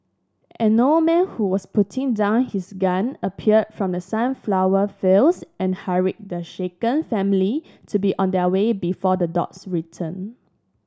an old man who was putting down his gun appeared from the sunflower fields and hurried the shaken family to be on their way before the dogs return